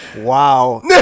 Wow